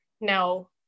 now